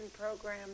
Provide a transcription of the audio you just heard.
program